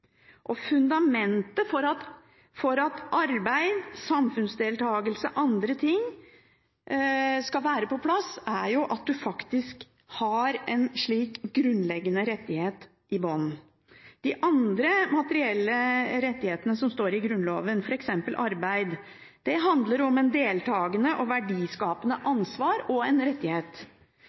bolig. Fundamentet for at arbeid, samfunnsdeltagelse og andre ting skal være på plass, er jo at man faktisk har en slik grunnleggende rettighet i bånn. De andre materielle rettighetene som står i Grunnloven, f.eks. arbeid, handler om et deltagende og verdiskapende ansvar og en rettighet.